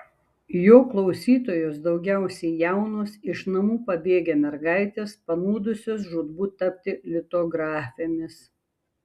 jo klausytojos daugiausiai jaunos iš namų pabėgę mergaitės panūdusios žūtbūt tapti litografėmis